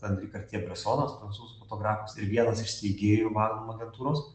anri kartiė bresonas prancūzų fotografas ir vienas iš steigėjų magnum agentūros